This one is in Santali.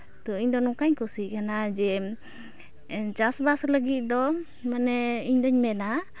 ᱛᱚ ᱤᱧᱫᱚ ᱱᱚᱝᱠᱟᱧ ᱠᱩᱥᱤᱜ ᱠᱟᱱᱟ ᱡᱮ ᱪᱟᱥᱵᱟᱥ ᱞᱟᱹᱜᱤᱫ ᱫᱚ ᱢᱟᱱᱮ ᱤᱧᱫᱩᱧ ᱢᱮᱱᱟ